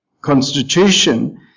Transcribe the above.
constitution